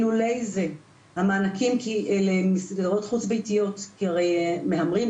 המענקים למסגרות חוץ ביתיות מהמרים,